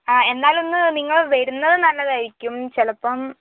എന്നാലൊന്ന് നിങ്ങൾ വരുന്നത് നല്ലതായിരിക്കും ചിലപ്പം